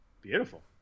Beautiful